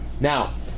Now